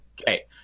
Okay